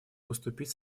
поступить